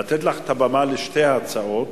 לתת לך את הבמה לשתי ההצעות,